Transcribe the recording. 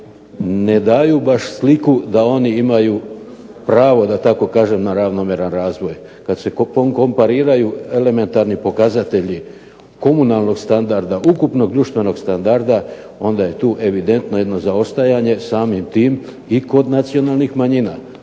ne daju baš sliku da oni imaju pravo da tako kažem na ravnomjeran razvoj. Kad se kompariraju elementarni pokazatelji komunalnog standarda, ukupnog društvenog standarda onda je tu evidentno jedno zaostajanje samim tim i kod nacionalnih manjina